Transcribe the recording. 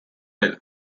bill